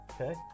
okay